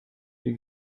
wie